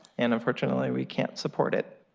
and unfortunately, we can't support it.